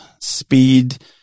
speed